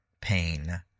pain